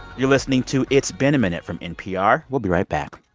you're listening to it's been a minute from npr. we'll be right back